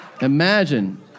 Imagine